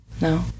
No